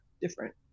Different